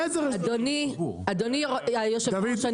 אדוני היושב ראש,